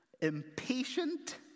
impatient